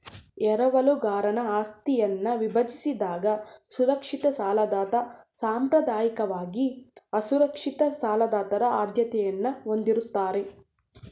ಎರವಲುಗಾರನ ಆಸ್ತಿಯನ್ನ ವಿಭಜಿಸಿದಾಗ ಸುರಕ್ಷಿತ ಸಾಲದಾತ ಸಾಂಪ್ರದಾಯಿಕವಾಗಿ ಅಸುರಕ್ಷಿತ ಸಾಲದಾತರ ಆದ್ಯತೆಯನ್ನ ಹೊಂದಿರುತ್ತಾರೆ